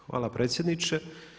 Hvala predsjedniče.